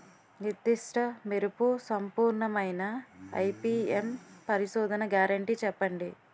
నిర్దిష్ట మెరుపు సంపూర్ణమైన ఐ.పీ.ఎం పరిశోధన గ్యారంటీ చెప్పండి?